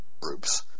groups